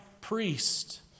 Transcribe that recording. priest